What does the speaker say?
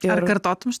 ir ar kartotum